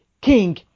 king